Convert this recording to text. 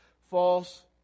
false